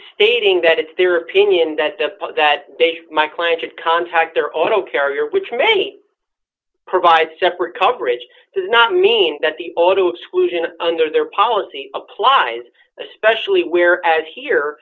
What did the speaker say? stating that it's their opinion that the that they my client should contact their auto carrier which many provide separate coverage does not mean that the auto exclusion under their policy applies especially where as here